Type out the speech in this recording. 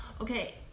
Okay